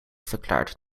verklaard